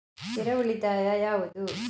ಸ್ಥಿರ ಉಳಿತಾಯ ಯಾವುದು?